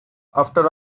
after